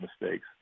mistakes